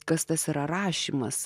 kas tas yra rašymas